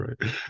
right